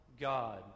God